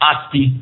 Asti